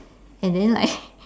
and then like